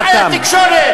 קניתם את כל אמצעי התקשורת.